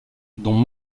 dont